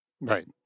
Right